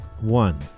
one